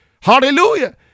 Hallelujah